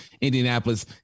Indianapolis